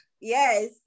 Yes